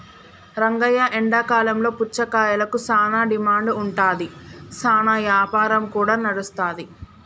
రంగయ్య ఎండాకాలంలో పుచ్చకాయలకు సానా డిమాండ్ ఉంటాది, సానా యాపారం కూడా నడుస్తాది